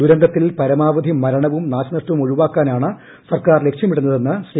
ദുരന്തത്തിൽ പരമാവധി മരണവും നാശനഷ്ടവും ഒഴിവാക്കാനാണ് സർക്കാർ ലക്ഷ്യമിടുന്നതെന്ന് ശ്രീ